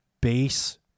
base